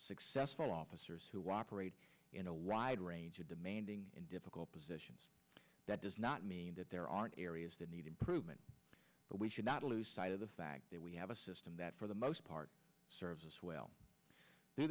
successful officers who operate in a wide range of demanding and difficult positions that does not mean that there aren't areas that need improvement but we should not lose sight of the fact that we have a system that for the most part serves us well